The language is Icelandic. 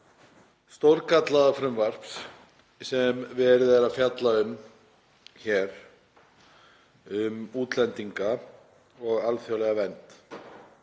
stórgallaða frumvarps sem verið er að fjalla um hér, um útlendinga og alþjóðlega vernd.